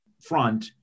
front